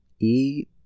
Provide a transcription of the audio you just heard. eat